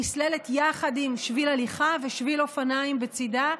נסללת יחד עם שביל הליכה ושביל אופניים בצידה,